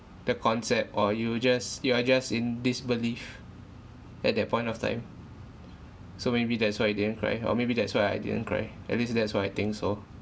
the concept or you just you are just in disbelief at that point of time so maybe that's why I didn't cry or maybe that's why I didn't cry at least that's why I think so